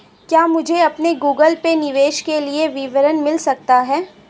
क्या मुझे अपने गूगल पे निवेश के लिए विवरण मिल सकता है?